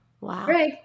Wow